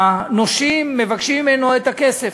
הנושים מבקשים ממנו את הכסף,